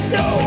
no